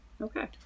Okay